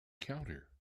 counter